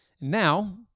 Now